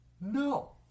No